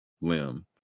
Limb